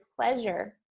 pleasure